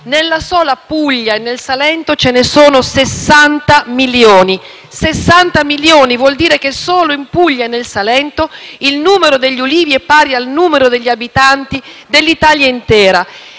nella sola Puglia e nel Salento ce ne sono 60 milioni. Ciò vuol dire che solo in Puglia e nel Salento il numero degli ulivi è pari al numero degli abitanti dell'Italia intera,